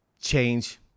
change